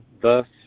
thus